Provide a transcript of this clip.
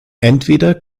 entweder